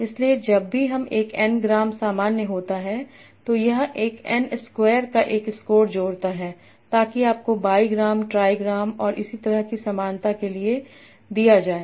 इसलिए जब भी एक एन ग्राम सामान्य होता है तो यह एन स्क्वायर का एक स्कोर जोड़ता है ताकि आपको बाई ग्राम ट्राईग्राम और इसी तरह की समानता के लिए दिया जाए